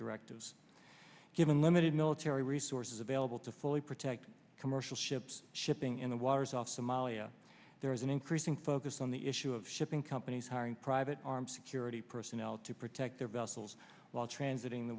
directives given limited military resources available to fully protect commercial ships shipping in the waters off somalia there is an increasing focus on the issue of shipping companies hiring private armed security personnel to protect their vessels while transiting the